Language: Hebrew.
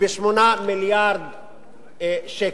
ב-8 מיליארד שקלים.